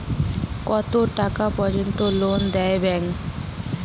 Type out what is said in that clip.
কত টাকা পর্যন্ত লোন দেয় ব্যাংক?